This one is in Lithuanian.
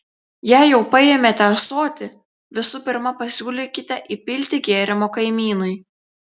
jei jau paėmėte ąsotį visų pirma pasiūlykite įpilti gėrimo kaimynui